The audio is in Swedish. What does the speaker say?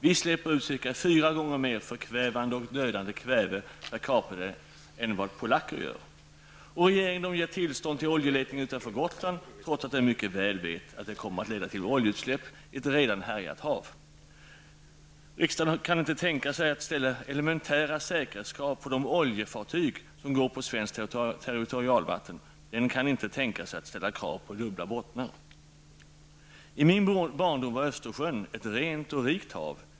Vi släpper ut cirka fyra gånger mer förkvävande och dödande kväve per capita än vad polacker gör. Regeringen ger tillstånd till oljeletning utanför Gotland trots att den mycket väl vet att det kommer att leda till oljeutsläpp till ett redan härjat hav. Riksdagen kan inte tänka sig att ställa elementära säkerhetskrav på de oljefartyg som går på svenskt territorialvatten. Den kan inte tänka sig att ställa krav på dubbla bottnar. I min barndom var Östersjön ett rent och rikt hav.